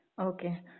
okay